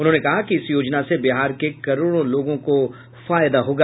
उन्होंने कहा कि इस योजना से बिहार के करोडों लोगों को फायदा होगा